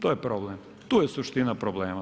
To je problem, tu je suština problema.